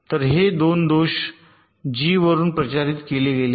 तर हे 2 दोष जी 1 वरून प्रचारित केले गेले आहेत